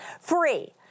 Free